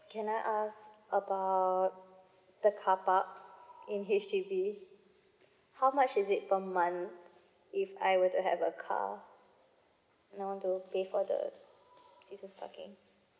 can I ask about the carpark in H_D_B how much is it per month if I were to have a car you know want to pay for the season carpark